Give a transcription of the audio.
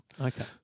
okay